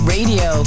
Radio